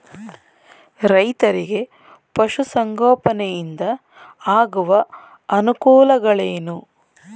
ರೈತರಿಗೆ ಪಶು ಸಂಗೋಪನೆಯಿಂದ ಆಗುವ ಅನುಕೂಲಗಳೇನು?